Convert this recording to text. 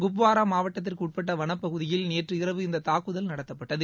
குப்வாரா மாவ்ட்டத்திற்குட்பட்ட வனப்பகுதியில் நேற்றிரவு இந்த தாக்குதல் நடத்தப்பட்டது